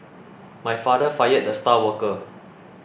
my father fired the star worker